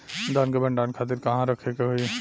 धान के भंडारन खातिर कहाँरखे के होई?